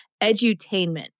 edutainment